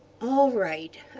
all right?